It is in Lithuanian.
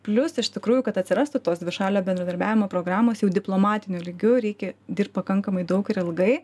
plius iš tikrųjų kad atsirastų tos dvišalio bendradarbiavimo programos jau diplomatiniu lygiu reikia dirbt pakankamai daug ir ilgai